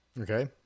Okay